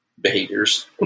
behaviors